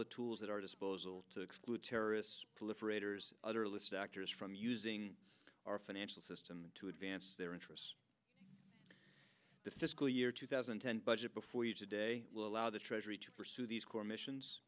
the tools at our disposal to exclude terrorists raters other list actors from using our financial system to advance their interests the fiscal year two thousand and ten budget before you today will allow the treasury to pursue these core missions